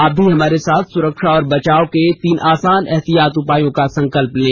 आप भी हमारे साथ सुरक्षा और बचाव के तीन आसान एहतियाती उपायों का संकल्प लें